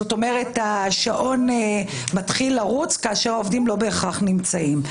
השעון מתחיל לרוץ, והעובדים לא בהכרח נמצאים.